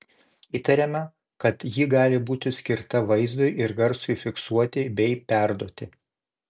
įtariama kad ji gali būti skirta vaizdui ir garsui fiksuoti bei perduoti